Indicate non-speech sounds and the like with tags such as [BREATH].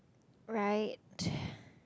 right [BREATH]